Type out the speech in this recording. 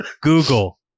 Google